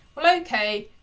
well, okay,